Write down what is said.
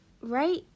Right